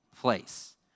place